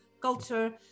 culture